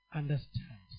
understand